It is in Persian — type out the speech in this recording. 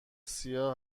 سیاه